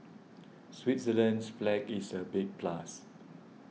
Switzerland's flag is a big plus